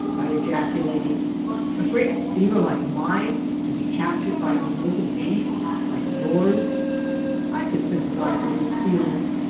by ejaculating a great steamer like mine to be captured by a little beast like yours i could sympathize with his feelings,